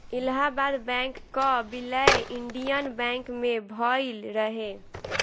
Allahabad bank कअ विलय Indian bank मे भयल रहे